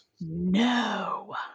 No